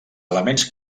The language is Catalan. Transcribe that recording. elements